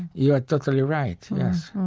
you're totally right. yes